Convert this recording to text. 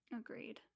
agreed